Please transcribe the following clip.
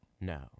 No